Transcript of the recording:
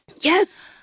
yes